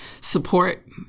support